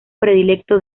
predilecto